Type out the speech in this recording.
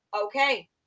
okay